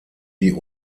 die